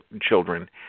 children